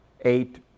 eight